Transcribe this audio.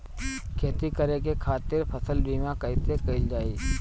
खेती करे के खातीर फसल बीमा कईसे कइल जाए?